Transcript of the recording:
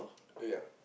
yup